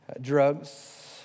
drugs